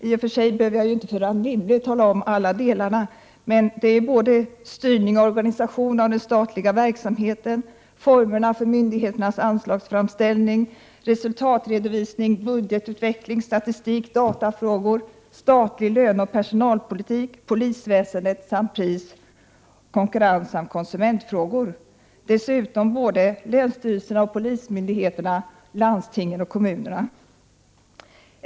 I och för sig behöver jag inte för Anne Wibble tala om alla delarna: styrning av organisation av den statliga verksamheten, formerna för myndigheternas anslagsframställning, resultatredovisning, budgetutveckling, statistik, datafrågor, statlig löneoch personalpolitik, polisväsendet samt pris-, konkurrensoch konsumentfrågor och dessutom länsstyrelserna, landstingen och kommunerna.